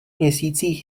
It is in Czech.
měsících